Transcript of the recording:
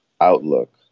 outlook